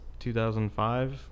2005